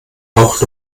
auch